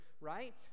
right